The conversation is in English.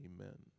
Amen